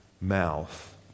mouth